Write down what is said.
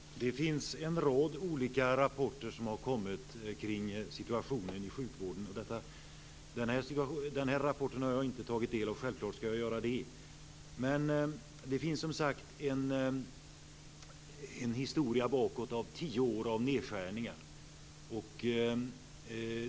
Fru talman! Det har kommit en rad olika rapporter om situationen i sjukvården. Den här rapporten har jag inte tagit del av. Självklart skall jag göra det. Men det finns som sagt en historia bakåt med tio år av nedskärningar.